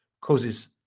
causes